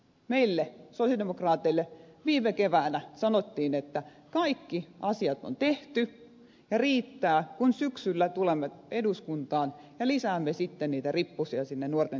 siitä huolimatta meille sosialidemokraateille viime keväänä sanottiin että kaikki asiat on tehty ja riittää kun syksyllä tulemme eduskuntaan ja lisäämme sitten niitä rippusia sinne nuorten työllisyyden hoitoon